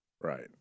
Right